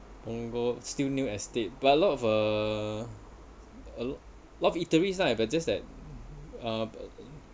Punggol still new estate but lot of uh a lot of eateries lah but just that uh but